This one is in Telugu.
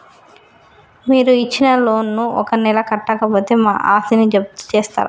మీరు ఇచ్చిన లోన్ ను ఒక నెల కట్టకపోతే మా ఆస్తిని జప్తు చేస్తరా?